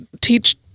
teach